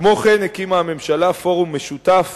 כמו כן הקימה הממשלה פורום משותף